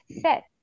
set